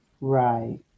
Right